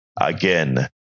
again